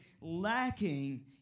lacking